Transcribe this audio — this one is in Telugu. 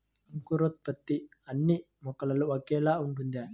అంకురోత్పత్తి అన్నీ మొక్కలో ఒకేలా ఉంటుందా?